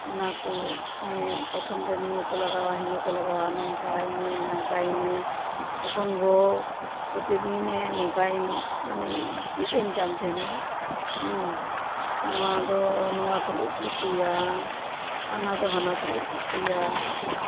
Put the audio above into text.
ᱚᱱᱟ ᱦᱮᱸ ᱯᱨᱚᱛᱷᱚᱢ ᱨᱮ ᱱᱤᱭᱟᱹ ᱠᱚ ᱞᱟᱜᱟᱣᱟ ᱦᱤᱱᱟᱹ ᱠᱚ ᱞᱟᱜᱟᱣᱟ ᱱᱚᱝᱠᱟᱭ ᱢᱮ ᱦᱟᱱᱠᱟᱭ ᱢᱮ ᱛᱚᱠᱷᱚᱱ ᱜᱚ ᱯᱨᱚᱛᱤᱫᱤᱱᱮ ᱱᱚᱝᱠᱟᱭ ᱢᱟᱱᱮ ᱪᱮᱫ ᱟᱹᱧ ᱠᱟᱱ ᱛᱟᱦᱮᱱᱟ ᱦᱮᱸ ᱱᱚᱣᱟ ᱫᱚ ᱱᱚᱣᱟ ᱥᱚᱸᱜᱮ ᱠᱚ ᱩᱛᱩᱭᱟ ᱦᱟᱱᱟ ᱫᱚ ᱦᱟᱱᱟ ᱥᱚᱸᱜᱮ ᱠᱚ ᱩᱛᱩᱭᱟ